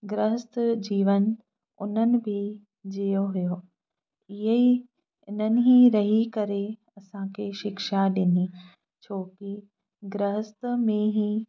गृहस्थ जीवन उन्हनि बि जीयो हुओ इहे ई हिननि ई रही करे असांखे शिक्षा ॾिनी छोकी गृहस्थ में ई